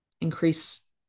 increase